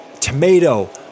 tomato